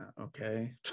okay